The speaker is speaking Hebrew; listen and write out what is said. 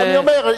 אני אומר,